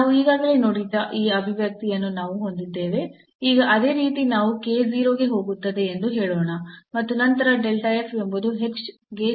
ನಾವು ಈಗಾಗಲೇ ನೋಡಿದ ಈ ಅಭಿವ್ಯಕ್ತಿಯನ್ನು ನಾವು ಹೊಂದಿದ್ದೇವೆ ಈಗ ಅದೇ ರೀತಿ ನಾವು k 0 ಗೆ ಹೋಗುತ್ತದೆ ಎಂದು ಹೇಳೋಣ ಮತ್ತು ನಂತರ ಎಂಬುದು h ಗೆ ಚಿಹ್ನೆಯನ್ನು ಬದಲಾಯಿಸುತ್ತದೆ ಎಂದು ನೋಡಿದ್ದೇವೆ